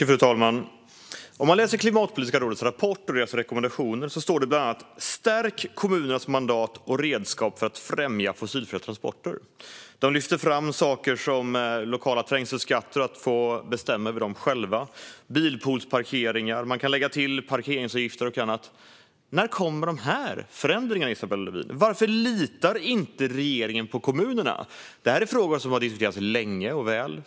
Fru talman! I Klimatpolitiska rådets rapport och deras rekommendationer står det bland annat: Stärk kommunernas mandat och redskap för att främja fossilfria transporter! De lyfter fram saker som lokala trängselskatter, att kommunerna ska få bestämma över dem själva, och bilpoolsparkeringar. Man kan lägga till parkeringsavgifter och annat. När kommer dessa förändringar, Isabella Lövin? Varför litar inte regeringen på kommunerna? Det här är frågor som har diskuterats länge och väl.